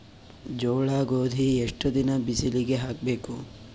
ಜೋಳ ಗೋಧಿ ಎಷ್ಟ ದಿನ ಬಿಸಿಲಿಗೆ ಹಾಕ್ಬೇಕು?